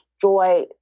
joy